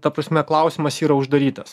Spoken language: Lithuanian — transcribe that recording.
ta prasme klausimas yra uždarytas